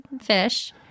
fish